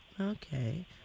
Okay